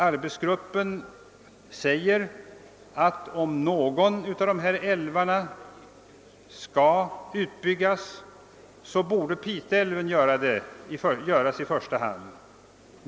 Arbetsgruppen säger att om någon av dessa älvar skall utbyggas, så borde Pite älv i första hand byggas ut.